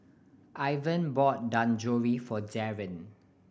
Ivan bought Dangojiru for Darron